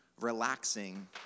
relaxing